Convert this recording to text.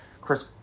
Chris